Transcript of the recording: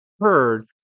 heard